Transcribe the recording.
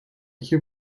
iki